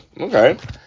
Okay